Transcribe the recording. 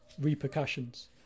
repercussions